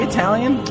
Italian